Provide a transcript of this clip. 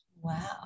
Wow